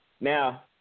Now